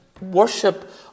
worship